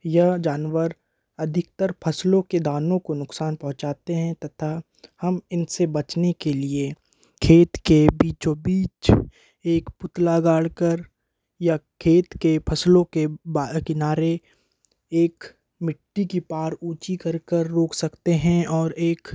यह जानवर अधिकतर फसलों के दानों को नुक्सान पहुँचाते हैं तथा हम इनसे बचने के लिए खेत के बीचों बीच एक पुतला गाड़ कर या खेत के फसलों के बाह किनारे एक मिट्टी की पार ऊँची कर कर रोक सकते हैं और एक